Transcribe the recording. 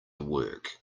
work